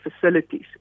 facilities